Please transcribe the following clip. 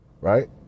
right